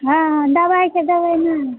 हाँ दबाइ के देबै ने